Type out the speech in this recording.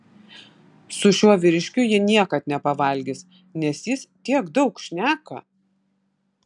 su šiuo vyriškiu ji niekad nepavalgys nes jis tiek daug šneka